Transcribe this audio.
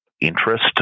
interest